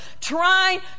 trying